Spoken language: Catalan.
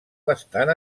bastant